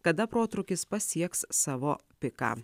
kada protrūkis pasieks savo piką